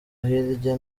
hirya